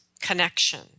connection